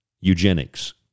eugenics